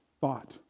thought